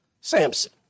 Samson